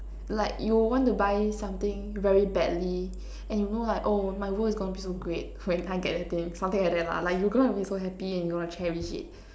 like you will want to buy something very badly and you know like oh my world is going to be so great when I get the thing something like that lah like you're going to be so happy and you want to cherish it